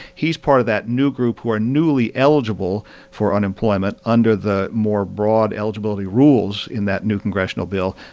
he's part of that new group who are newly eligible for unemployment under the more broad eligibility rules in that new congressional bill,